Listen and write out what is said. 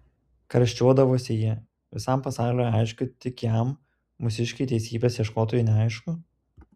karščiuodavosi ji visam pasauliui aišku tik jam mūsiškiui teisybės ieškotojui neaišku